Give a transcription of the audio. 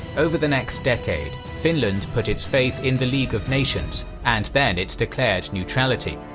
over the next decade, finland put its faith in the league of nations and then its declared neutrality.